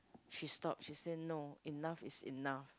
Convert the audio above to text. she stops she say no enough is enough